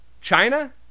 China